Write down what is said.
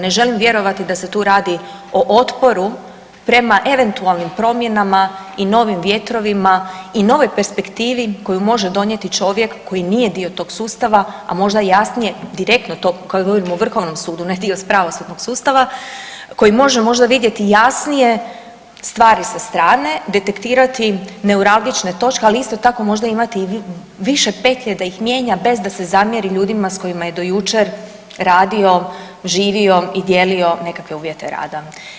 Ne želim vjerovati da se tu radi o otporu prema eventualnim promjenama i novim vjetrovima i novoj perspektivi koju može donijeti čovjek koji nije tog sustava, a možda jasnije direktno to, kad govorimo o VSRH-u na dio pravosudnog sustava, koji može možda vidjeti jasnije stvari sa strane, detektirati neuralgične točke, ali isto tako možda imati i više petlje da ih mijenja bez da se zamjeri ljudima s kojima je do jučer radio, živio i dijelio nekakve uvjete rada.